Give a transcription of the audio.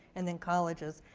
and then colleges.